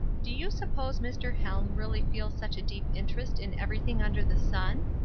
do you suppose mr. helm really feels such a deep interest in everything under the sun?